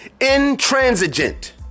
intransigent